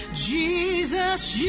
Jesus